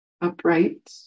upright